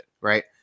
right